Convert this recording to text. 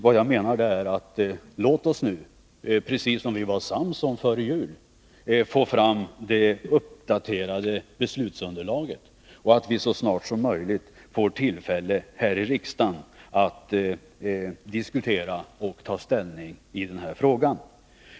Vad jag menar är: Låt oss nu, precis som vi var sams om före jul, få fram det uppdaterade beslutsunderlaget, så att vi så snart som möjligt får tillfälle att här i kammaren diskutera och ta ställning till denna fråga.